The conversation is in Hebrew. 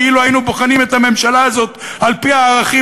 כי אילו היינו בוחנים את הממשלה הזאת על-פי הערכים